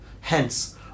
Hence